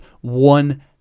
one